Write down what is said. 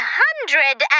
hundred